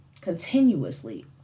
continuously